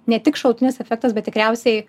ne tik šalutinis efektas bet tikriausiai